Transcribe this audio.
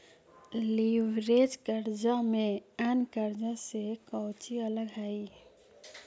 Leverage कर्जा में अन्य कर्जा से कउची अलग हई?